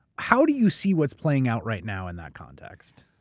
how do you see what's playing out right now in that context?